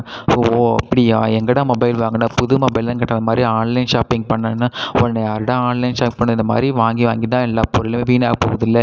ஓ அப்படியா எங்கடா மொபைல் வாங்குன புது மொபைல்லன்னு கேட்ட இந்த மாதிரி ஆன்லைன் ஷாப்பிங் பண்ணுனேன் உன்ன யாருடா ஆன்லைன் ஷாப் பண்ண இந்த மாதிரி வாங்கி வாங்கி தான் எல்லா பொருளும் வீணாக போகுதுல